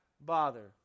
bother